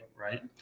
Right